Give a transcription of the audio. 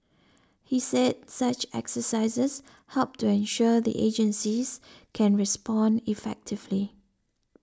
he said such exercises help to ensure the agencies can respond effectively